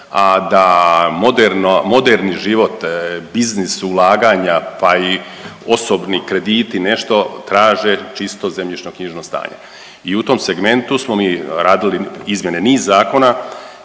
a da moderni život, biznis ulaganja, pa i osobni krediti nešto traže čisto zemljišnoknjižno stanje i u tom segmentu smo mi radili izmjene niz zakona,